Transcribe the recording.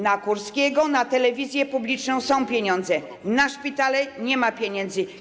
Na Kurskiego, na telewizję publiczną są pieniądze, na szpitale nie ma pieniędzy.